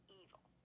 evil